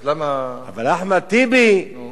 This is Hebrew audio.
אז למה, אבל אחמד טיבי, נו,